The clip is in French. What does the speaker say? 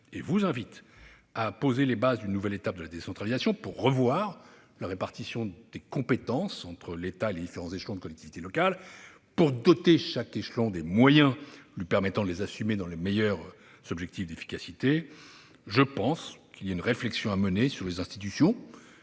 rapport invite à poser les bases d'une nouvelle étape de la décentralisation pour revoir la répartition des compétences entre l'État et les différents échelons de collectivités locales et pour doter chaque échelon des moyens lui permettant de les assumer dans les meilleurs objectifs d'efficacité. Il y a une réflexion à mener sur les institutions